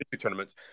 tournaments